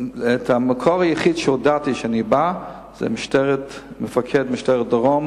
היחיד שהודעתי לו שאני בא זה מפקד מחוז הדרום